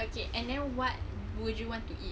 okay and then what would you want to eat